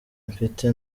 mfite